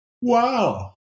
wow